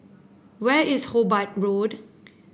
where is Hobart Road